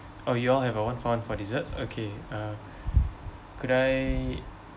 oh you all have a one-for-one for desserts okay uh could I